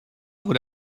would